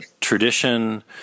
tradition